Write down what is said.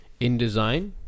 InDesign